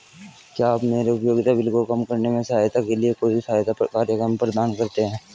क्या आप मेरे उपयोगिता बिल को कम करने में सहायता के लिए कोई सहायता कार्यक्रम प्रदान करते हैं?